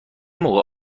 موقع